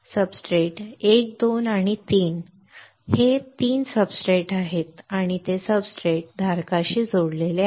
हे सब्सट्रेट 1 2 आणि 3 हे 3 सब्सट्रेट आहेत आणि ते सब्सट्रेट धारकाशी जोडलेले आहेत